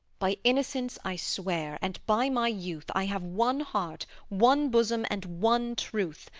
by innocence i swear, and by my youth, i have one heart, one bosom, and one truth,